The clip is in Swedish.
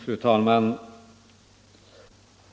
Fru talman!